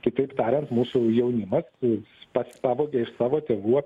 kitaip tariant mūsų jaunimas kuris pats pavogė iš savo tėvų